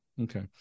Okay